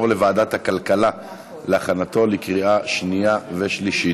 לוועדת הכלכלה להכנתה לקריאה שנייה ושלישית.